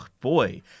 boy